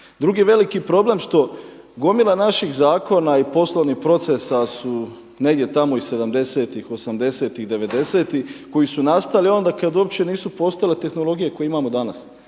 Drugi veliki problem što gomila naših zakona i poslovnih procesa su negdje tamo iz sedamdesetih, osamdesetih, devedesetih koji su nastali onda kada uopće nisu postojale tehnologije koje imamo danas.